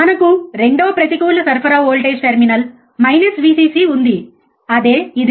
మనకు రెండవ ప్రతికూల సరఫరా వోల్టేజ్ టెర్మినల్ మైనస్ Vcc ఉంది అదే ఇది